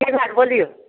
की भेल बोलियौ